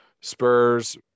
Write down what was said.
Spurs